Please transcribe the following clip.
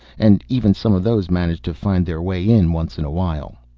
and even some of those manage to find their way in once in a while.